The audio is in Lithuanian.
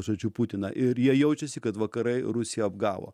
žodžiu putiną ir jie jaučiasi kad vakarai rusiją apgavo